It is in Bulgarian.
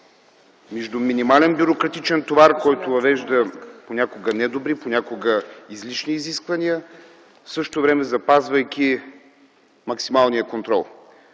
между минимален бюрократичен товар, който въвежда понякога недобри, понякога излишни изисквания, в същото време запазвайки максималния контрол.